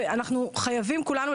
ואנחנו חייבים כולנו,